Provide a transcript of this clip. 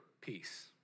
peace